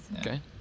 Okay